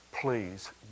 Please